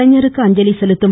கலைஞருக்கு அஞ்சலி செலுத்தும்